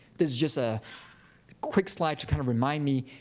this is just a quick slide to kind of remind me,